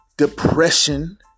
depression